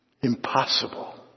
Impossible